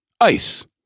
ice